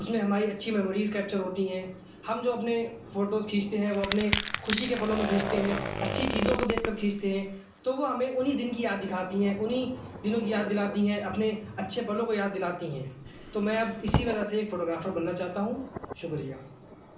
اس میں ہماری اچھی میموریز کیپچر ہوتی ہیں ہم جو اپنے فوٹوز کھینچتے ہیں وہ اپنے خوشی کے پلوں میں کھینچتے ہیں اچھی چیزوں کو دیکھ کر کھینچتے ہیں تو وہ ہمیں انہیں دن کی یاد دکھاتی ہیں انہیں دنوں کی یاد دلاتی ہیں اپنے اچھے پلوں کو یاد دلاتی ہیں تو میں اب اسی طرح سے ایک فوٹوگرافر بننا چاہتا ہوں شکریہ